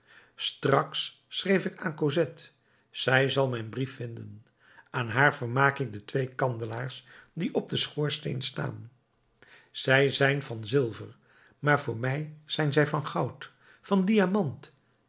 straks schreef ik aan cosette zij zal mijn brief vinden aan haar vermaak ik de twee kandelaars die op den schoorsteen staan zij zijn van zilver maar voor mij zijn zij van goud van diamant